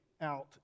out